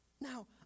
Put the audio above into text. now